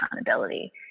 accountability